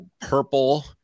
purple